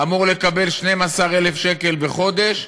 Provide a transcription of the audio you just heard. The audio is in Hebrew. אמור לקבל 12,000 שקל בחודש,